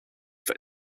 that